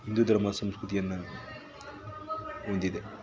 ಹಿಂದೂ ಧರ್ಮ ಸಂಸ್ಕೃತಿಯನ್ನು ಹೊಂದಿದೆ